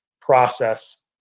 process